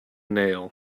nail